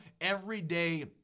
everyday